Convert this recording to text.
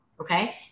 Okay